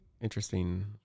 interesting